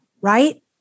right